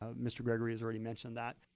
ah mr. gregory has already mentioned that.